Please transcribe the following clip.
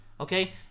Okay